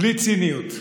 בלי ציניות.